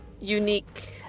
unique